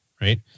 right